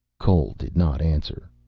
cole did not answer.